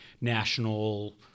national